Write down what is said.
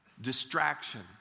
distraction